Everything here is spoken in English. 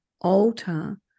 alter